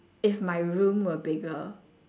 if my room were bigger